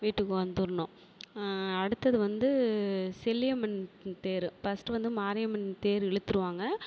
வீட்டுக்கு வந்துடணும் அடுத்தது வந்து செல்லியம்மன் தேர் ஃபஸ்டு வந்து மாரியம்மன் தேர் இழுத்துருவாங்க